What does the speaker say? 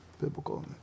Biblical